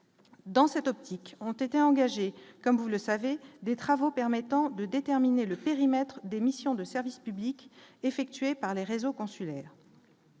dans cette optique, ont été engagés, comme vous le savez, des travaux permettant de déterminer le périmètre des missions de service public, effectués par les réseaux consulaires